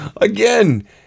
again